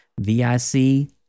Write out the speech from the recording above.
V-I-C